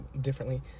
differently